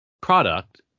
product